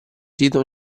sito